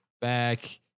back